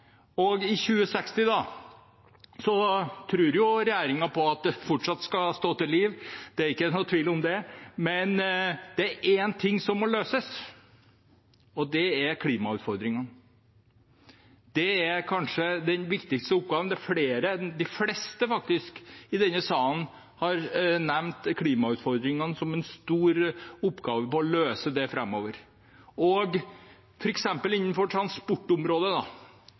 I 2060 tror regjeringen at det fortsatt skal stå til liv – det er ikke noen tvil om det. Men det er en ting som må løses, og det er klimautfordringene. Det er kanskje den viktigste oppgaven. Flere – de fleste, faktisk – i denne salen har nevnt klimautfordringene som en stor oppgave å løse framover. For eksempel innenfor transportområdet